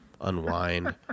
Unwind